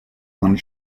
one